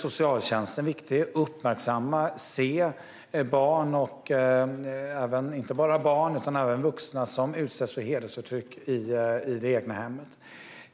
Socialtjänsten är viktig när det gäller att uppmärksamma och se barn och även vuxna som utsätts för hedersförtryck i det egna hemmet.